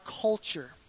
culture